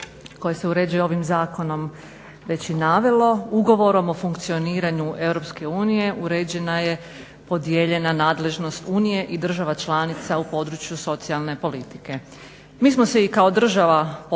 Ugovorom o funkcioniranju EU uređena je podijeljena nadležnost Unije i država članice u području socijalne politike.